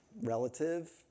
relative